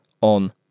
on